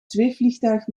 zweefvliegtuig